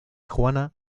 juana